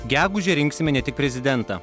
gegužę rinksime ne tik prezidentą